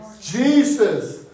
Jesus